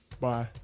Bye